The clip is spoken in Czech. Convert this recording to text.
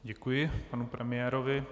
Děkuji panu premiérovi.